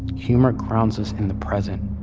humor grounds us in the present.